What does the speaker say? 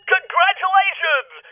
Congratulations